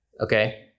Okay